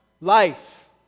life